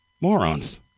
morons